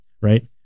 Right